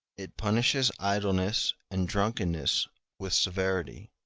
it punishes idleness and drunkenness with severity.